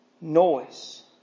noise